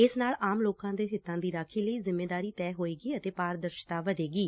ਇਸ ਨਾਲ ਆਮ ਲੋਕਾਂ ਦੇ ਹਿੱਤਾਂ ਦੀ ਰਾਖੀ ਲਈ ਜਿੰਮੇਦਾਰੀ ਭੈਅ ਹੋਏਗੀ ਅਤੇ ਪਾਰਦਰਸ਼ਤਾ ਵਧੇਗੀ